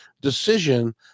decision